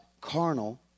carnal